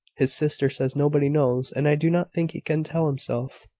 his sister says nobody knows and i do not think he can tell himself.